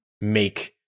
make –